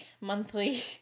monthly